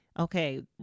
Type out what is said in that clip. Okay